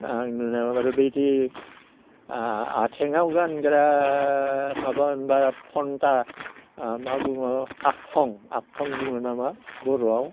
दा आं नुनायाव आरो बेदि आथेङाव गानग्रा माबा होनब्ला फनथा मा बुङो आबथं आबथं बुङो नामा बर'आव